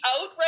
out